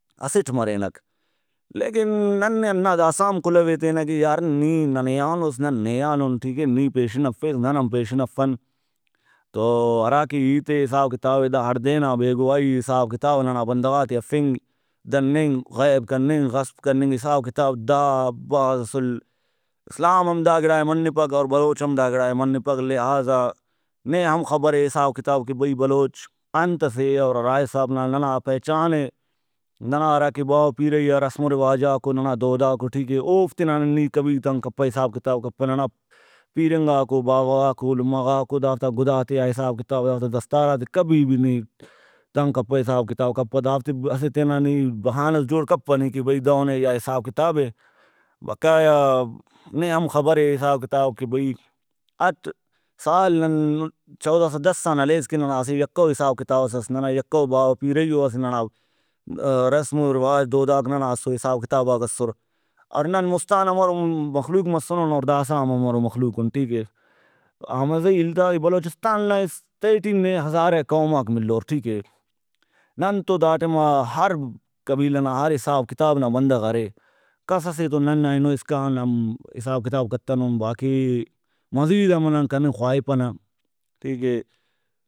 اسٹ مرینک لیکن نن نے ہنا داسہ ہم کُلوئے تینہ کہ یار نی ننے آنُس نن نے آنُن ٹھیکے نی پیشن افیس نن ہم پیشن افن تو ہراکہ ہیتے حساب کتابے دا ہڑدے نا بے گواہی حساب کتاب ننا بندغاتے ہفنگ دننگ غیب کننگ غصب کننگ حساب کتاب دا بھاز اسُل اسلام ہم داگڑائے منپک اور بلوچ ہم دا گڑائے منپک لہٰذا نے ہم خبرے حساب کتاب کہ بھئی بلوچ انتسے اور ہرا حساب نا ننا پہچانے ننا ہراکہ باوہ پیرئی آ رسم ؤ رواجاکو ننا دوداکو ٹھیکے اوفتے نن نی تنگ کپہ حساب کتاب کپہ ننا پیرنگاکو باوہ غاکو لمہ غاکو دافتا گُداتیا حساب کتاب دافتا دستاراتے کبھی بھی نی تنگ کپہ حساب کتاب کپہ دافتے اسہ تینا بہانہ ئس جوڑ کپہ نی کہ بھئی دہنے یا حساب کتابے بقایا نے ہم خبرے حساب کتاب کہ بھئی اٹ سال نن 1410آن ہلیس کہ ننا اسہ یکہ او حساب کتابس اس ننا یکہ او باوہ پیرئیو اسہ ننا رسم ؤ رواج دوداک ننا اسو حساب کتاباک اسر اور نن مُست آن ہمرو مخلوق مسُنن اور ہم ہمرو مخلوق اُن ٹھیکے ۔احمد زئی التازئی بلوچستان نا تہٹی نے ہزارا قوماک ملور ٹھیکے نن تو دا ٹائما ہر قبیلہ نا ہر حساب کتاب نا بندغ ارے کسسے تو نن اینو اسکان ہم حساب کتاب کتنُن باقی مزید ہم نن کننگ خواہپنہ ٹھیکے